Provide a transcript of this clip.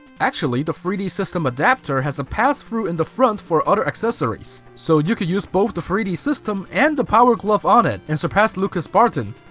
actually, the three d system adapter has a passthrough in the front for other accessories, so you could use both the three d system and the power glove on it, and surpass lucas barton.